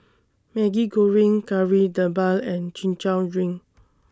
Maggi Goreng Kari Debal and Chin Chow Drink